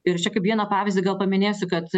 ir čia kaip vieną pavyzdį gal paminėsiu kad